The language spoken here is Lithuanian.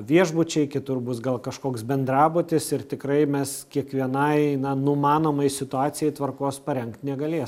viešbučiai kitur bus gal kažkoks bendrabutis ir tikrai mes kiekvienai na numanomai situacijai tvarkos parengt negalės